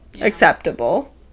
acceptable